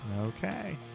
Okay